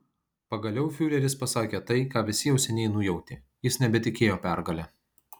pagaliau fiureris pasakė tai ką visi jau seniai nujautė jis nebetikėjo pergale